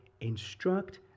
instruct